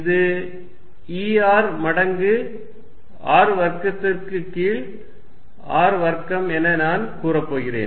இது E R மடங்கு R வர்க்கத்துக்கு கீழ் r வர்க்கம் என நான் கூறப்போகிறேன்